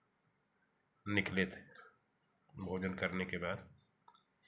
निकले थे भोजन करने के बाद